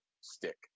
Stick